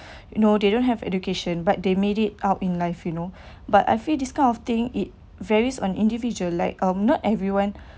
you know they don't have education but they made it out in life you know but I feel this kind of thing it varies on individual like um not everyone